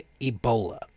Ebola